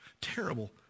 terrible